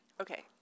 Okay